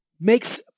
makes